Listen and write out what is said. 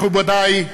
(מחיאות כפיים) מכובדי,